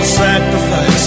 sacrifice